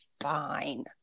fine